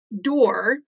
door